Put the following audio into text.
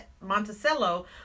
Monticello